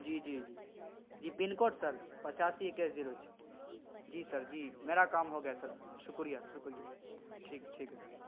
جی جی جی جی پن کوڈ سر پچاسی اکیس زیرو چھ جی سر جی میرا کام ہو گیا سر شکریہ شکریہ ٹھیک ٹھیک ہے سر